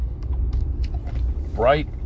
bright